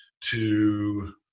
to-